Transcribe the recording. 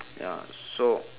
ya so